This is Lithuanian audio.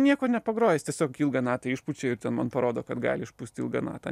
nieko nepagroja jis tiesiog ilgą natą išpučia man parodo kad gali išpūst ilgą natą